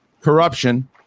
Corruption